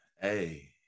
hey